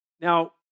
now